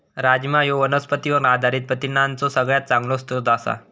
राजमा ह्यो वनस्पतींवर आधारित प्रथिनांचो सगळ्यात चांगलो स्रोत आसा